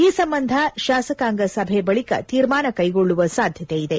ಈ ಸಂಬಂಧ ಶಾಸಕಾಂಗ ಸಭೆ ಬಳಿಕ ತೀರ್ಮಾನ ಕೈಗೊಳ್ಳುವ ಸಾಧ್ಯತೆ ಇದೆ